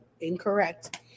Incorrect